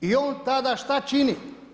I on tada, što čini?